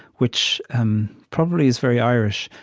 which um probably is very irish,